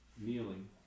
kneeling